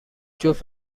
جفت